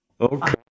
Okay